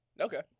Okay